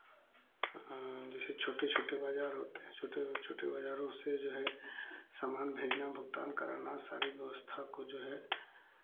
जैसे छोटे छोटे बाज़ार होते हैं छोटे छोटे बाज़ारों से जो है सामान भेजना भुगतान कराना सारी व्यवस्था को जो है